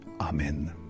amen